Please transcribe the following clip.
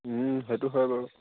সেইটো হয় বাৰু